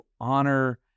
honor